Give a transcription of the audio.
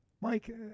Mike